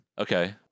Okay